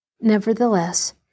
Nevertheless